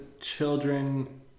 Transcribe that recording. Children